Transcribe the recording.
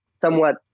somewhat